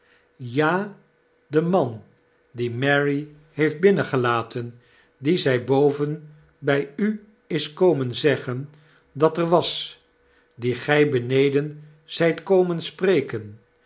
ja de man die mary heeft binnengelaten dien zij boven by u is komen zeggen dat er was dien gy beneden zyt komen spreken